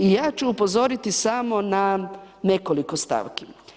I ja ću upozoriti samo na nekoliko stavki.